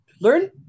learn